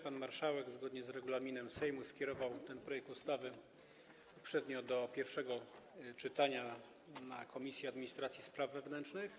Pan marszałek zgodnie z regulaminem Sejmu skierował uprzednio ten projekt ustawy do pierwszego czytania w Komisji Administracji i Spraw Wewnętrznych.